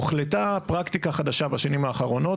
הוחלטה פרקטיקה חדשה בשנים האחרונות,